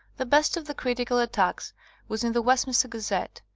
the best of the critical attacks was in the westminster gazette,